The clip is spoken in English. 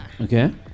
Okay